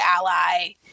ally